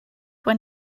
when